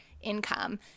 income